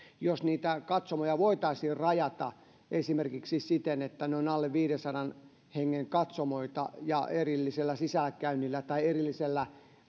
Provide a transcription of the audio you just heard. jos niitä katsomoja voitaisiin rajata esimerkiksi siten että ne ovat alle viidensadan hengen katsomoita ja erillisellä sisäänkäynnillä tai erillisellä